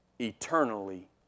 eternally